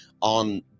on